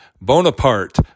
Bonaparte